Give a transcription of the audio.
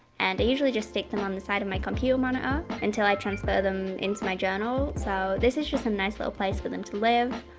and i usually just stick them on the side of my computer monitor, until i transfer them into my journal so this is just a nice little place for them to live